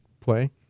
play